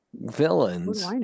villains